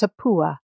Tapua